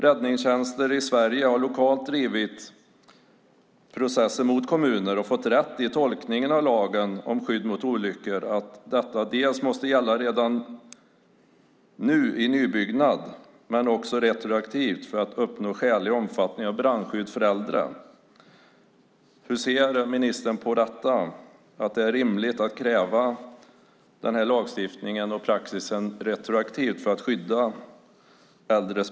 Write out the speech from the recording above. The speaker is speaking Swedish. Räddningstjänster i Sverige har lokalt drivit processer mot kommuner och fått rätt i tolkningen av lagen om skydd mot olyckor, nämligen att detta måste gälla redan nu i nybyggnad men också retroaktivt för att uppnå skälig omfattning av brandskydd för äldre. Hur ser ministern på detta? Är det rimligt att kräva att denna lagstiftning och praxis om brandskydd ska gälla retroaktivt för att skydda äldre?